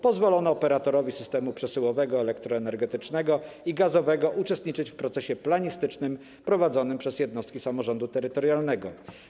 Pozwolono operatorowi systemu przesyłowego elektroenergetycznego i gazowego uczestniczyć w procesie planistycznym prowadzonym przez jednostki samorządu terytorialnego.